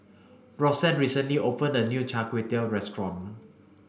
Roxane recently opened a new Char Kway Teow restaurant